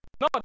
No